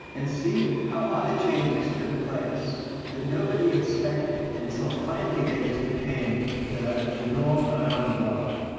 and see how other changes took place that nobody expected until finally they just became the the norm around the world.